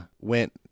went